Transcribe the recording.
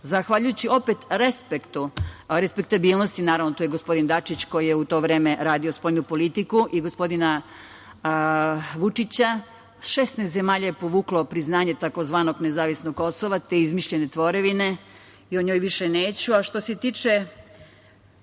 Zahvaljujući opet respektu, respektabilnosti, naravno, tu je gospodin Dačić koji je u tom vreme radio spoljnu politiku i gospodina Vučića, 16 zemalja je povuklo priznanje takozvanog nezavisnog Kosova, te izmišljene tvorevine i o njoj više neću. Što se tiče